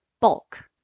bulk